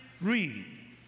Read